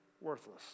worthless